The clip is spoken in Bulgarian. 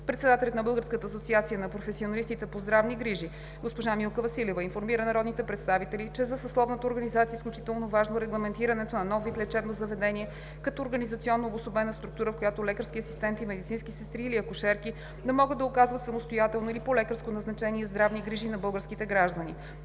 Председателят на Българската асоциация на професионалистите по здравни грижи госпожа Милка Василева информира народните представители, че за съсловната организация е изключително важно регламентирането на нов вид лечебно заведение като организационно обособена структура, в която лекарски асистенти, медицински сестри или акушерки да могат да оказват самостоятелно или по лекарско назначение здравни грижи на българските граждани.